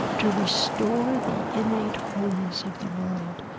to restore the innate wholeness of the world.